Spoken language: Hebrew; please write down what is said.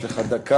יש לך דקה.